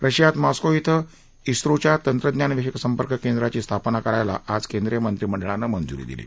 रशियात मॉस्को इथं इस्लोंच्या तंत्रज्ञानविषयक संपर्क केंद्राची स्थापना करायला आज केंद्रीय मंत्रिमंडळानं मंजुरी दिली